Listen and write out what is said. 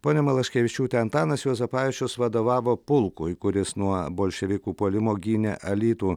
ponia malaškevičiūte antanas juozapavičius vadovavo pulkui kuris nuo bolševikų puolimo gynė alytų